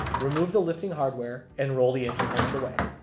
remove the lifting hardware and roll the engine hoist away.